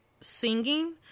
singing